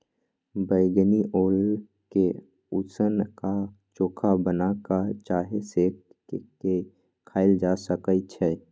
बइगनी ओल के उसीन क, चोखा बना कऽ चाहे सेंक के खायल जा सकइ छै